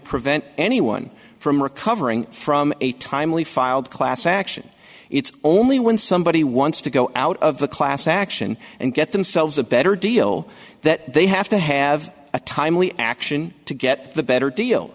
prevent anyone from recovering from a timely filed class action it's only when somebody wants to go out of the class action and get themselves a better deal that they have to have a timely action to get the better deal